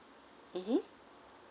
mmhmm